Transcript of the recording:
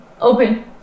Open